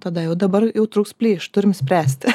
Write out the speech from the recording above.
tada jau dabar jau trūks plyš turim spręsti